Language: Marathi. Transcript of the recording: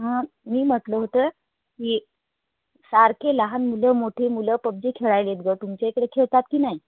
हां मी म्हटलं होतं की सारखे लहान मुलं मोठे मुलं पबजी खेळायलेत गं तुमच्या इकडे खेळतात की नाही